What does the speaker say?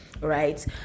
right